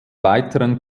weiteren